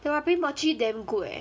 warabi mochi damn good eh